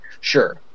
sure